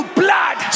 blood